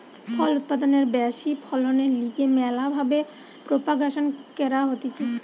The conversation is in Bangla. ফল উৎপাদনের ব্যাশি ফলনের লিগে ম্যালা ভাবে প্রোপাগাসন ক্যরা হতিছে